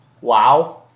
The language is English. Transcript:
Wow